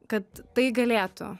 kad tai galėtų